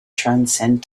transcend